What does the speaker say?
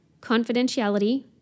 confidentiality